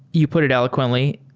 you put it eloquently.